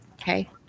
Okay